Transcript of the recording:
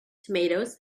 tomatoes